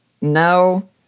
No